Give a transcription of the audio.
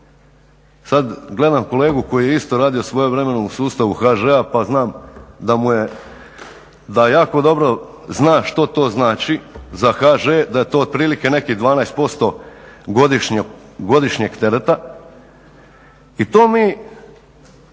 Sada gledam kolegu koji je isto radio svojevremeno u sustavu HŽ-a pa znam da mu je da jako dobro zna što to znači za HŽ da je to otprilike nekih 12% godišnjeg tereta i to